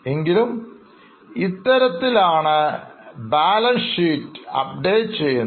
എങ്കിലും ഇത്തരത്തിലാണ് balance sheet update ചെയ്യുന്നത്